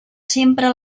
sempre